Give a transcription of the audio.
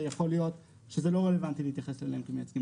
אז זה יכול להיות שזה לא רלוונטי להתייחס אליהם כמייצגים.